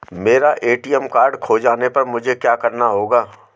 मेरा ATM card खो जाने पर मुझे क्या करना होगा?